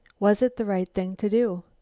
was it the right thing to do?